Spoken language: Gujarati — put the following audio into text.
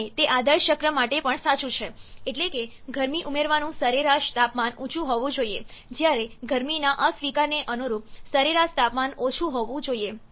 અને તે આદર્શ ચક્ર માટે પણ સાચું છે એટલે કે ગરમી ઉમેરવાનું સરેરાશ તાપમાન ઊંચું હોવું જોઈએ જ્યારે ગરમીના અસ્વીકારને અનુરૂપ સરેરાશ તાપમાન ઓછું હોવું જોઈએ